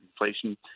Inflation